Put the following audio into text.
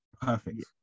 perfect